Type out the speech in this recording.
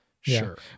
Sure